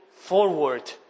forward